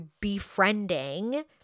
befriending